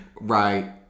Right